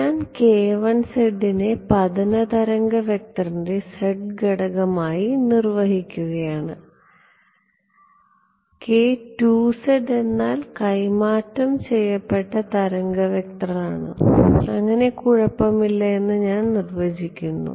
ഞാൻ നെ പതന തരംഗ വെക്റ്ററിന്റെ z ഘടകം ആയി നിർവഹിക്കുകയാണ് എന്നാൽ കൈമാറ്റം ചെയ്യപ്പെട്ട തരംഗ വെക്റ്റർ ആണ് അങ്ങനെ കുഴപ്പമില്ല എന്ന് ഞാൻ നിർവ്വചിക്കുന്നു